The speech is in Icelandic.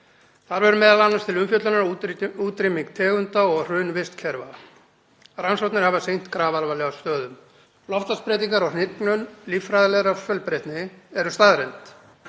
Þar verður m.a. til umfjöllunar útrýming tegunda og hrun vistkerfa. Rannsóknir hafa sýnt grafalvarlega stöðu. Loftslagsbreytingar og hnignun líffræðilegrar fjölbreytni eru staðreynd